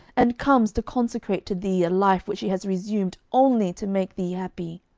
and comes to consecrate to thee a life which she has resumed only to make thee happy